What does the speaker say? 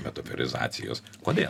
metaforizacijos kodėl